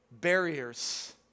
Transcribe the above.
barriers